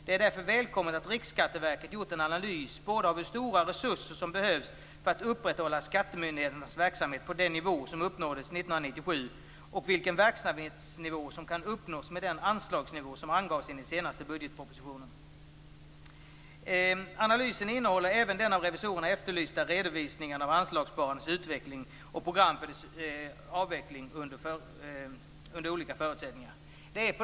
Det är därför välkommet att RSV gjort en analys både av hur stora resurser som behövs för att upprätthålla skattemyndigheternas verksamhet på den nivå som uppnåddes 1997 och vilken verksamhetsnivå som kan uppnås med den anslagsnivå som angavs i den senaste budgetpropositionen. Analysen innehåller även den av revisorerna efterlysta redovisningen av anslagssparandets utveckling och program för dess avveckling under olika förutsättningar."